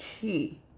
key